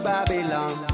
Babylon